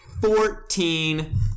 fourteen